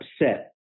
upset